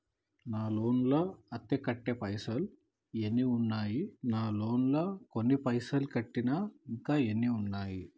నా లోన్ లా అత్తే కట్టే పైసల్ ఎన్ని ఉన్నాయి నా లోన్ లా కొన్ని పైసల్ కట్టిన ఇంకా ఎంత ఉన్నాయి?